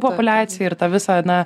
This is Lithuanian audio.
populiaciją ir tą visą na